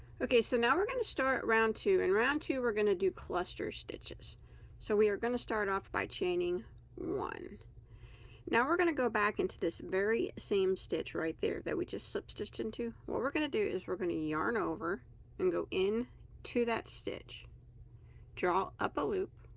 okay, so now we're going to start round two and round two we're gonna do cluster stitches so we are going to start off by chaining one now we're going to go back into this very same stitch right there that we just slip stitched into what we're gonna do is we're gonna yarn over and go in to that stitch draw up a loop